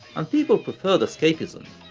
and people preferred escapism,